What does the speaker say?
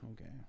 Okay